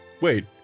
wait